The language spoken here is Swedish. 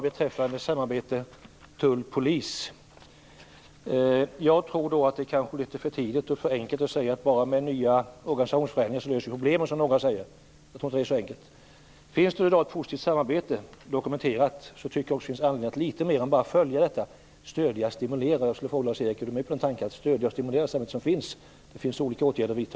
Beträffande samarbetet mellan tull och polis tror jag att det kanske är litet för tidigt och för enkelt att säga att vi löser problemen med organisationsförändringar. Jag tror inte att det är så enkelt. Om det finns ett positivt samarbete dokumenterat, tycker jag också att det finns anledning att göra litet mer än att bara följa detta. Jag tänker på att stödja och stimulera det också. Jag skulle vilja fråga om Lars-Erik Lövdén är med på tanken att stödja och stimulera det samarbete som finns. Det finns olika åtgärder att vidta.